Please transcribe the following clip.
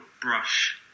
brush